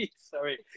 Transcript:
Sorry